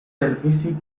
televisie